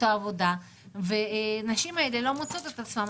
העבודה ו הנשים האלה לא מוצאות את עצמן.